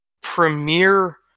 premier